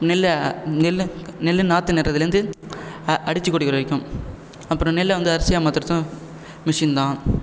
நெல்லை நெல்லு நெல்லு நாற்று நடுறதுலேருந்து அ அடித்து கொடுக்குற வரைக்கும் அப்புறம் நெல்லை வந்து அரிசியாக மாற்றுறதும் மிஷின் தான்